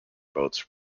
boats